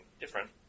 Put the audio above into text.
different